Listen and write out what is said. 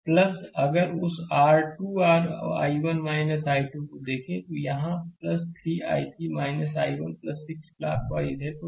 slide समय देखें 1629 तो अगर उस R 2 r I1 I2 को देखें तो यहां 3 I3 I1 6 में क्लॉकवॉइस है